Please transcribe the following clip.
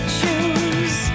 choose